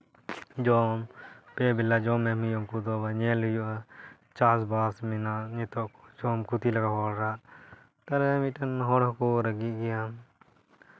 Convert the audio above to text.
ᱡᱚᱢ ᱯᱮ ᱵᱮᱞᱟ ᱡᱚᱢ ᱮᱢ ᱦᱩᱭᱩᱜᱼᱟ ᱩᱱᱠᱩ ᱫᱚ ᱧᱮᱞ ᱦᱩᱭᱩᱜᱼᱟ ᱪᱟᱥᱼᱵᱟᱥ ᱢᱮᱱᱟᱜᱼᱟ ᱱᱤᱛᱚᱜ ᱡᱚᱢ ᱠᱷᱚᱛᱤ ᱞᱮᱠᱷᱟᱱ ᱦᱚᱲᱟᱜ ᱛᱟᱦᱞᱮ ᱢᱤᱫᱴᱮᱱ ᱦᱚᱲ ᱦᱚᱸᱠᱚ ᱨᱟᱹᱜᱤ ᱜᱮᱭᱟ